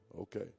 okay